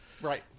Right